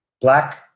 black